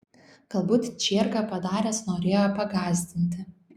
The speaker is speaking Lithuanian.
galbūt čierką padaręs norėjo pagąsdinti